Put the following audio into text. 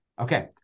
Okay